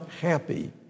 happy